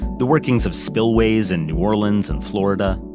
the workings of spillways in new orleans and florida,